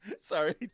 Sorry